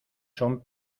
son